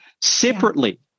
Separately